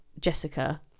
Jessica